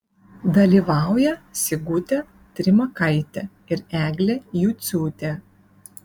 dalyvauja sigutė trimakaitė ir eglė juciūtė